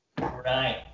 Right